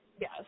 Yes